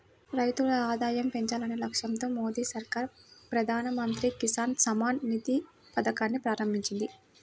రైతుల ఆదాయం పెంచాలనే లక్ష్యంతో మోదీ సర్కార్ ప్రధాన మంత్రి కిసాన్ సమ్మాన్ నిధి పథకాన్ని ప్రారంభించింది